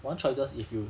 one choices if you